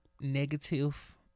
negative